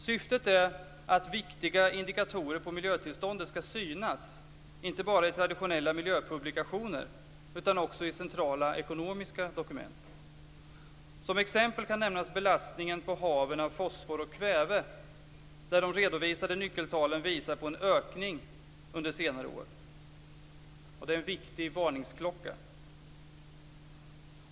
Syftet är att viktiga indikatorer på miljötillståndet skall synas, inte bara i traditionella miljöpublikationer utan också i centrala ekonomiska dokument. Som exempel kan nämnas belastningen på haven av fosfor och kväve där de redovisade nyckeltalen visar på en ökning under senare år. Och det är en viktig varningsklocka.